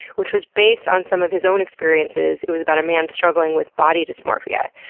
which was based on some of his own experiences. it was about a man struggling with body dysmorphia.